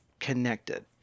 connected